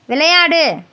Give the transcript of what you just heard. விளையாடு